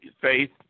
faith